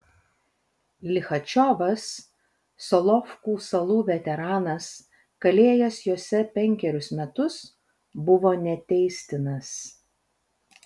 lichačiovas solovkų salų veteranas kalėjęs jose penkerius metus buvo neteistinas